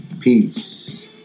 Peace